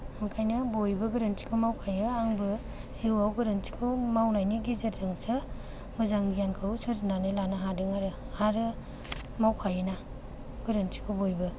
नंखायनो बयबो गोरोन्थिखौ मावखायो आंबो जिउआव गोरोन्थिखौ मावनायनि गेजेरजोंसो मोजां गियानखौ सोरजिनानै लानो हादों आरो आरो मावखायो ना गोरोन्थिखौ बयबो